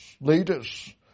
leaders